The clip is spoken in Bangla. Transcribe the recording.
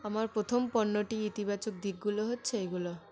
আমার প্রথম পণ্যটির ইতিবাচক দিকগুলো হচ্ছে এগুলো